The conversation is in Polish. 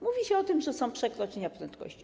Mówi się o tym, że są przekroczenia prędkości.